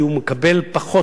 כי הוא מקבל פחות,